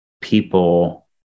people